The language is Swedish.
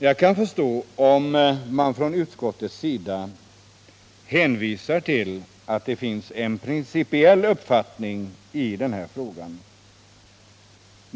Jag kan förstå att man från utskottets sida kan hänvisa till att det finns en principiell uppfattning i frågan.